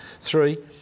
Three